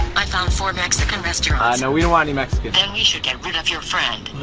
i found four mexican restaurants. no, we don't want any mexican. then you should get rid of your friend.